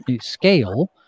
scale